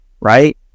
right